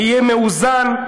יהיה מאוזן,